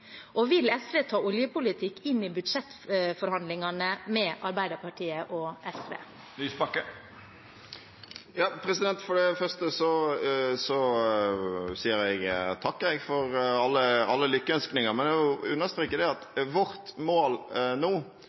og vil SV ta oljepolitikk inn i budsjettforhandlingene med Arbeiderpartiet og Senterpartiet? For det første sier jeg takk for alle lykkønskninger, men jeg vil understreke at selv om det